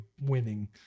winning